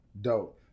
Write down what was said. dope